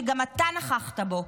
שגם אתה נכחת בו,